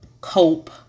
cope